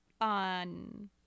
on